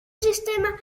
sistema